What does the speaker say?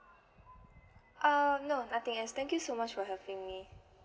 ah no nothing else thank you so much for helping me